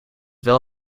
wel